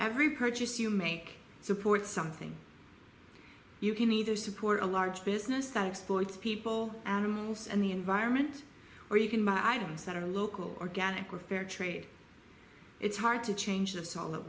every purchase you make supports something you can either support a large business that exploits people animals and the environment or you can buy items that are local organic or fair trade it's hard to change the